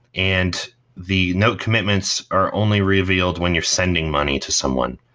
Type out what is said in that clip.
and the note commitments are only revealed when you're sending money to someone.